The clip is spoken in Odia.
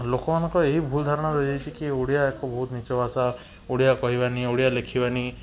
ଲୋକମାନଙ୍କର ଏହି ଭୁଲ୍ ଧାରଣାରୁ ଏହି ଓଡ଼ିଆ ଏକ ବହୁତ୍ ନିଚ ଭାଷା ଓଡ଼ିଆ କହିବାନି ଓଡ଼ିଆ ଲେଖିବାନି